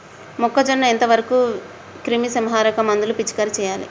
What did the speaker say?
మొక్కజొన్న ఎంత వరకు క్రిమిసంహారక మందులు పిచికారీ చేయాలి?